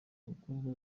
gukorwa